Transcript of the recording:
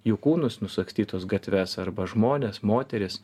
jų kūnus nusagstytos gatves arba žmones moteris